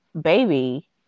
baby